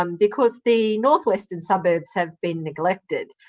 um because the north western suburbs have been neglected.